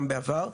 גם בעבר.